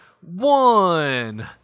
One